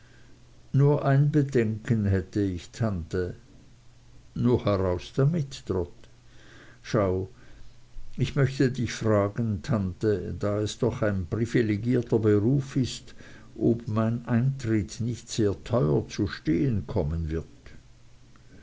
nur ein bedenken hätte ich tante nur heraus damit trot schau ich möchte dich fragen tante da es doch ein privilegierter beruf ist ob mein eintritt nicht sehr teuer zu stehen kommen wird